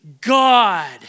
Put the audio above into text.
God